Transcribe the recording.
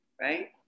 right